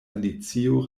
alicio